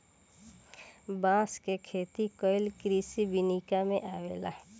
बांस के खेती कइल कृषि विनिका में अवेला